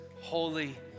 holy